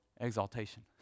exaltation